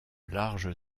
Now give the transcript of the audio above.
larges